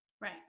Right